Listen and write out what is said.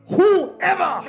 Whoever